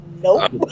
Nope